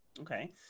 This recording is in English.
Okay